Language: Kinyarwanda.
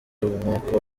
nk’uko